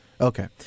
Okay